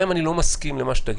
גם אם אני לא מסכים למה שתגידו,